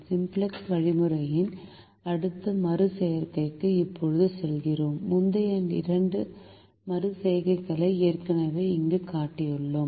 simplex வழிமுறையின் அடுத்த மறு செய்கைக்கு இப்போது செல்கிறோம் முந்தைய இரண்டு மறு செய்கைகளை ஏற்கனவே இங்கே காட்டியுள்ளேன்